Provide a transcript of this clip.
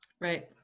Right